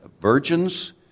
virgins